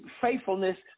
faithfulness